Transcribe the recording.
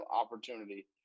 opportunity